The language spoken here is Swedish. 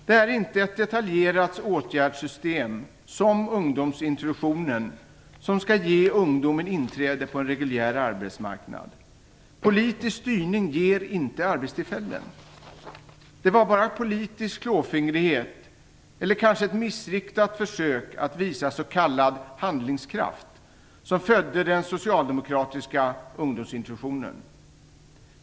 Det är inte ett detaljerat åtgärdssystem som ungdomsintroduktionen som skall ge ungdomen inträde på en reguljär arbetsmarknad. Politisk styrning ger inte arbetstillfällen. Det var bara politisk klåfingrighet eller kanske ett missriktat försök att visa s.k. handlingskraft som födde den socialdemokratiska ungdomsintroduktionen.